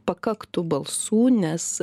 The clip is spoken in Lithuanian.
pakaktų balsų nes